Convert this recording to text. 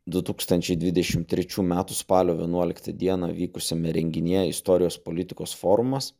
du tūkstančiai dvidešim trečių metų spalio vienuoliktą dieną vykusiame renginyje istorijos politikos forumas